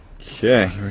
Okay